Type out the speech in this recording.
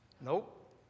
Nope